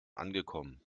angekommen